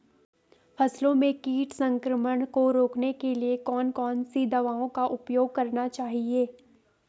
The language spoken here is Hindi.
फसलों में कीट संक्रमण को रोकने के लिए कौन कौन सी दवाओं का उपयोग करना चाहिए?